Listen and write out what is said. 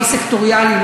לא סקטוריאלי,